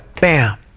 Bam